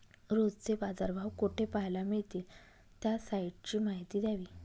रोजचे बाजारभाव कोठे पहायला मिळतील? त्या साईटची माहिती द्यावी